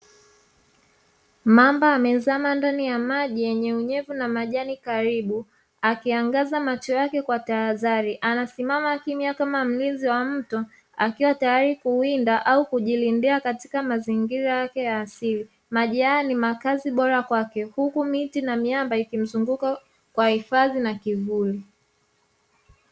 Mamba amezama ndani ya maji yenye unyevu na majani karibu akiangaza macho yake kwa taadhari anasimama kimya kama mlinzi wa mtu akiwa tayari kuwinda au kujilindia katika mazingira yake ya asili, maji haya ni makazi bora kwake. Huku miti na miamba ikimzunguka kwa hifadhi na kivuli.